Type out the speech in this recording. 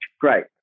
Great